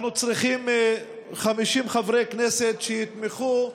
אנחנו צריכים 50 חברי כנסת שיתמכו,